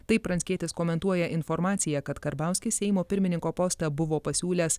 taip pranckietis komentuoja informaciją kad karbauskis seimo pirmininko postą buvo pasiūlęs